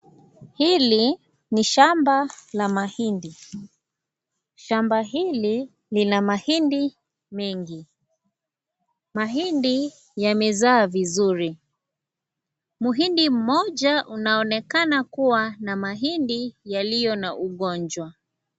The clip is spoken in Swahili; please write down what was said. Hili ni shamba la mahindi. Shamba hili, ni la mahindi mengi. Mahidi yamezama vizuri. Mhindi mmoja, unaonekana kuwa na mahindi yaliyo na magonjwa.